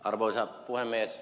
arvoisa puhemies